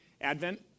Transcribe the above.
Advent